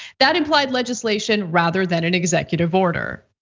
that implied legislation rather than an executive order.